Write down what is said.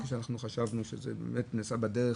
כי אנחנו חשבנו שזה נעשה בדרך